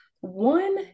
one